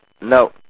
no